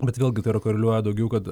bet vėlgi tai koreliuoja daugiau kad